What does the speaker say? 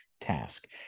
task